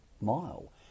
Mile